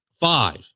Five